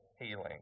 healing